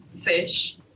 fish